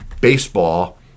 baseball